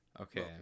Okay